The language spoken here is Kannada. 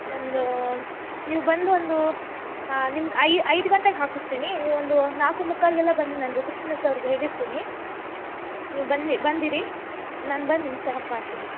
ಒಂದು ನೀವು ಬಂದು ಒಂದು ನಿಮ್ದು ಐದು ಗಂಟೆಗೆ ಹಾಕಿಸ್ತೀನಿ ನೀವು ಒಂದು ನಾಲ್ಕು ಮುಕ್ಕಾಲಿಗೆಲ್ಲ ಬನ್ನಿ ನಾನು ರಿಸೆಪ್ಶನಿಸ್ಟ್ ಅವ್ರ್ಗೆ ಹೇಳಿರ್ತೀನಿ ನೀವು ಬನ್ನಿ ಬಂದಿರಿ ನಾನು ಬಂದು ನಿಮ್ಮ ಚಕಪ್ ಮಾಡ್ತೀನಿ